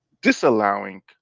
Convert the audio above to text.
disallowing